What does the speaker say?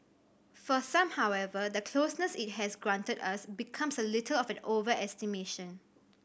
for some however the closeness it has granted us becomes a little of an overestimation